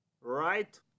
Right